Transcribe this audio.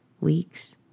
weeks